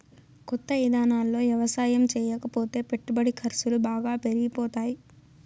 కొత్త ఇదానాల్లో యవసాయం చేయకపోతే పెట్టుబడి ఖర్సులు బాగా పెరిగిపోతాయ్